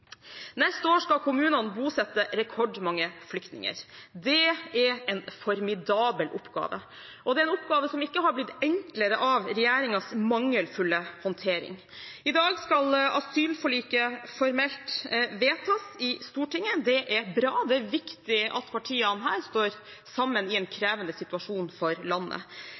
Neste år skal kommunene bosette rekordmange flyktninger. Det er en formidabel oppgave, og det er en oppgave som ikke har blitt enklere av regjeringens mangelfulle håndtering. I dag skal asylforliket formelt vedtas i Stortinget. Det er bra, det er viktig at partiene her står sammen i en krevende situasjon for landet.